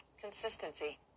Consistency